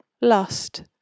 lust